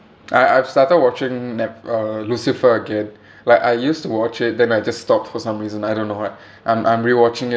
I I've started watching net~ uh lucifer again like I used to watch it then I just stopped for some reason I don't know why I'm I'm rewatching it